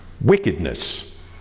wickedness